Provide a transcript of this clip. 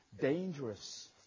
dangerous